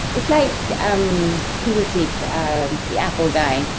it's like. yeah um who was he the um the apple guy